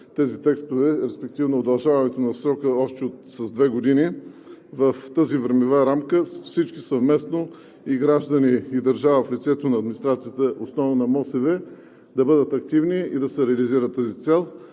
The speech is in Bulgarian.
тези текстове, респективно удължаването на срока още с две години, в тази времева рамка всички съвместно – и граждани, и държава в лицето на администрацията, основно на МОСВ да бъдат активни и да се реализира тази цел.